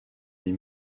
des